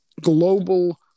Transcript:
global